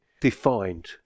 defined